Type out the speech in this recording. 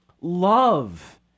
Love